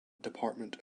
department